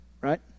Right